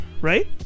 right